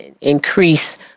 increase